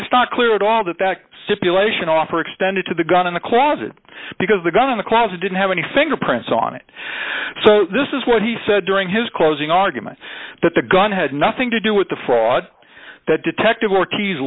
it's not clear at all that that stipulation offer extended to the gun in the closet because the gun in the closet didn't have any fingerprints on it so this is what he said during his closing argument that the gun had nothing to do with the fraud that detective or